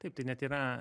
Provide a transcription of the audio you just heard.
taip tai net yra